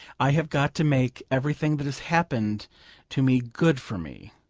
i have got to make everything that has happened to me good for me.